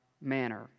manner